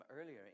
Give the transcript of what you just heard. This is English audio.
earlier